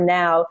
now